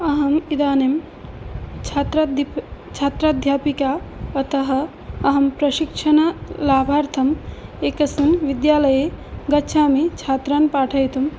अहम् इदानीं छात्रादिप् छात्राध्यापिका अतः अहं प्रशिक्षणलाभार्थम् एकस्मिन् विद्यालये गच्छामि छात्रान् पाठयितुम्